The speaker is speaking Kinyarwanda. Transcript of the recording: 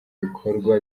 bikorwa